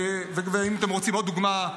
אם אתם רוצים עוד דוגמה,